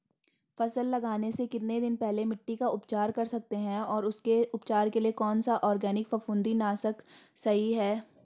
फसल लगाने से कितने दिन पहले मिट्टी का उपचार कर सकते हैं और उसके उपचार के लिए कौन सा ऑर्गैनिक फफूंदी नाशक सही है?